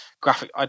graphic